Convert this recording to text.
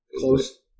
Close